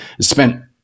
spent